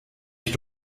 ich